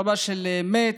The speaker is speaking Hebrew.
רבה של מץ,